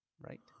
right